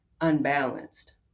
unbalanced